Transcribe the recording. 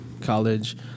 college